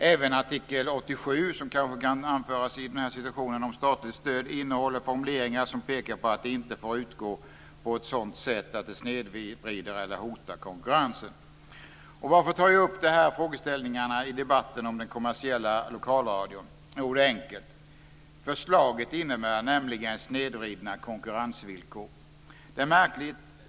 Även artikel 87 om statligt stöd innehåller formuleringar som pekar på att det inte får utgå på ett sådant sätt att det snedvrider eller hotar konkurrensen. Varför tar jag upp de här frågeställningarna i debatten om den kommersiella lokalradion? Jo, det är enkelt. Förslaget innebär nämligen snedvridna konkurrensvillkor.